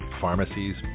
pharmacies